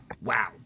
wow